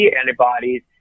antibodies